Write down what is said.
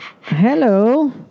Hello